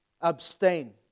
Abstain